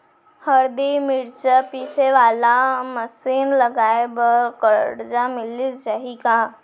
हरदी, मिरचा पीसे वाले मशीन लगाए बर करजा मिलिस जाही का?